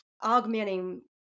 augmenting